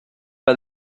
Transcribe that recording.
pas